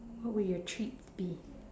what would your treat be